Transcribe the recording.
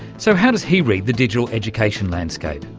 so how does he read the digital education landscape?